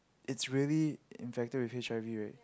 it's really infected with H_I_V right